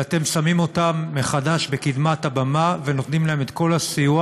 ואתם שמים אותם מחדש בקדמת הבמה ונותנים להם את כל הסיוע